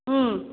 ꯎꯝ